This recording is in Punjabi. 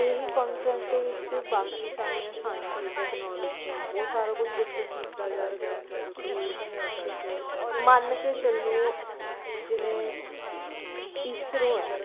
ਇਹ ਕਾਨਫਰੰਸ ਦੇ ਵਿੱਚ ਬਾਕੀ ਸਾਰੀਆਂ ਸਾਇੰਸ ਟੈਕਨੋਲਜੀ ਉਹ ਸਾਰਾ ਕੁਝ ਡਿਸਕਸ ਕੀਤਾ ਜਾਂਦਾ ਕਿ ਮੰਨ ਕੇ ਚਲੋ ਜਿਵੇਂ ਇਸਰੋ ਹੈ